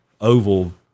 oval